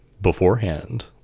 beforehand